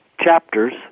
chapters